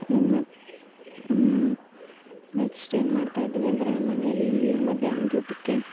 ಇನ್ನು ನೆಕ್ಶ್ಟ್ ಏನು ಮಾಡ್ತಾಯಿದ್ದಿವಿ ಅಂದರೆ ನಮ್ಮಮನೇಲೀ ಮಧ್ಯಾಹ್ನದೂಟಕ್ಕೆ